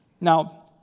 Now